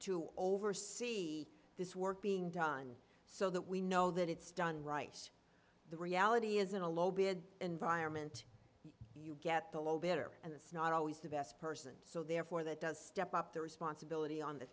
to oversee this work being done so that we know that it's done right the reality is in a low bid environment you get the low bidder and that's not always the best person so therefore that does step up the responsibility on the